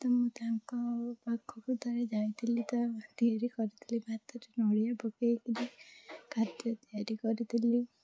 ତ ମୁଁ ତାଙ୍କ ପାଖକୁ ଥରେ ଯାଇଥିଲି ତ ତିଆରି କରିଥିଲି ଭାତରେ ନଡ଼ିଆ ପକେଇକରି ଖାଦ୍ୟ ତିଆରି କରିଥିଲି